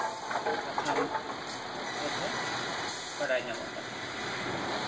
ᱯᱟᱛᱷᱟᱢ ᱦᱚᱛᱮ ᱛᱮ ᱵᱟᱲᱟᱭ ᱧᱟᱢᱚᱜ ᱠᱟᱱᱟ